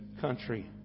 country